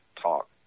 talk